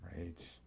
Right